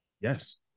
Yes